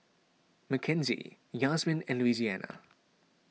Makenzie Yazmin and Louisiana